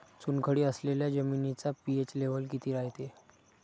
चुनखडी असलेल्या जमिनीचा पी.एच लेव्हल किती रायते?